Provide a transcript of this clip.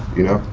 you know?